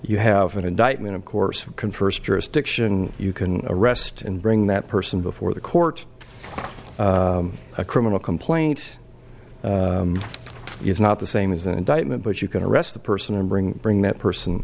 you have an indictment of course confers jurisdiction you can arrest and bring that person before the court a criminal complaint is not the same as an indictment but you can arrest the person and bring bring that person